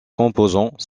composants